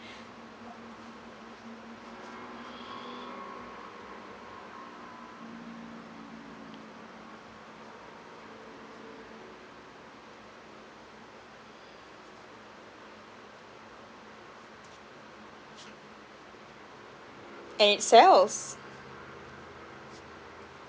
and it sells